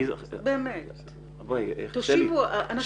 בואי, שלי --- אנשים נהרגים.